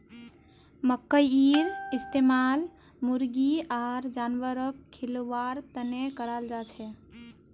मखईर इस्तमाल मुर्गी आर जानवरक खिलव्वार तने कराल जाछेक